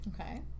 Okay